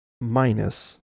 minus